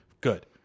Good